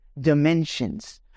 dimensions